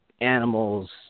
animals